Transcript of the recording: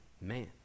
man